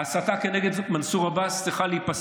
ההסתה כנגד מנסור עבאס צריכה להיפסק.